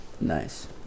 nice